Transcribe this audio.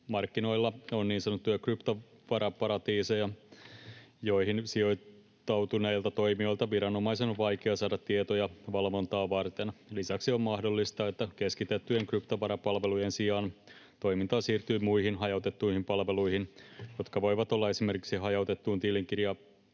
Markkinoilla on niin sanottuja kryptovaraparatiiseja, joihin sijoittautuneilta toimijoilta viranomaisen on vaikea saada tietoja valvontaa varten. Lisäksi on mahdollista, että keskitettyjen kryptovarapalvelujen sijaan toimintaa siirtyy muihin, hajautettuihin palveluihin, jotka voivat olla esimerkiksi hajautettuun tilikirjaan